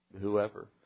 whoever